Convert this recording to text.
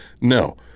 No